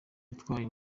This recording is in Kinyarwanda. yatwaye